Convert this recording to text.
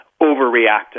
overreacting